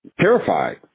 terrified